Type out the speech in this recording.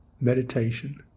meditation